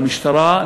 למשטרה,